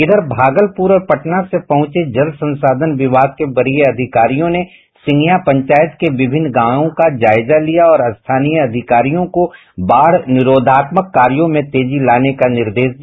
इधर भागलपुर और पटना से पहुंचे जल संसाधन विभाग के वरीय अधिकारियों ने सिंधिया पंचायत के विभिन्न गांवों का जायजा लिया और स्थानीय अधिकारियों को बाढ़ निरोधात्मक कार्यों में तेजी लाने का निर्देश दिया